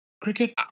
Cricket